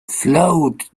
flowed